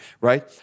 right